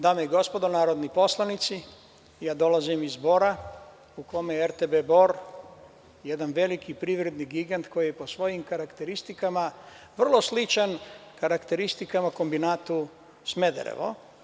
Dame i gospodo narodni poslanici, ja dolazim iz Bora, u kome je RTB Bor jedan veliki privredni gigant koji je po svojim karakteristikama vrlo sličan karakteristikama kombinatu Smederevo.